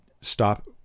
stop